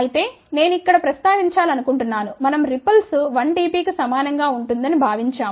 అయితే నేను ఇక్కడ ప్రస్తావించాలనుకుంటున్నాను మనం రిపుల్స్ 1 dB కి సమానం గా ఉంటుందని భావించాము